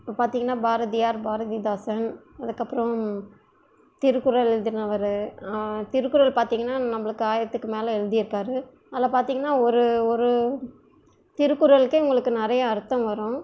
இப்போ பார்த்தீங்கனா பாரதியார் பாரதிதாசன் அதுக்கப்புறம் திருக்குறள் எழுதின அவர் திருக்குறள் பார்த்தீங்கனா நம்மளுக்கு ஆயிரத்துக்கு மேலே எழுதி இருக்கார் அதில் பார்த்தீங்னா ஒரு ஒரு திருக்குறளுக்கு எங்களுக்கு நிறைய அர்த்தம் வரும்